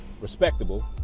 Respectable